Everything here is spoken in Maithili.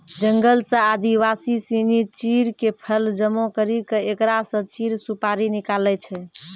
जंगल सॅ आदिवासी सिनि चीड़ के फल जमा करी क एकरा स चीड़ सुपारी निकालै छै